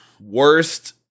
worst